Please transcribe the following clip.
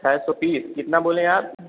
छः सौ पीस कितना बोले आप